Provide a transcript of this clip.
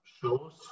shows